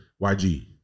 YG